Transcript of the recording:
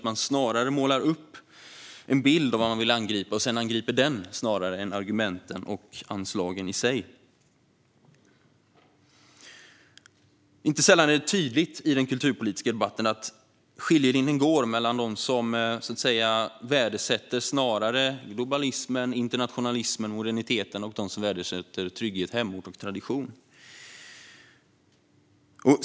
Man målar upp en bild av vad man vill angripa, och sedan angriper man den snarare än argumenten och anslagen i sig. Inte sällan är det tydligt i den kulturpolitiska debatten att skiljelinjen går mellan dem som värdesätter globalism, internationalism och modernitet och dem som värdesätter trygghet, hemort och tradition.